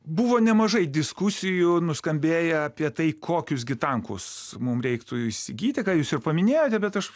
buvo nemažai diskusijų nuskambėję apie tai kokius gi tankus mum reiktų įsigyti ką jūs jau paminėjote bet aš